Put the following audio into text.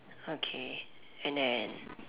okay and then